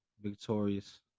victorious